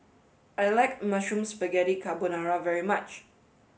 I like Mushroom Spaghetti Carbonara very much